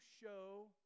show